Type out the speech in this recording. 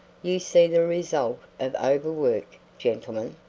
you see the result of overwork, gentlemen.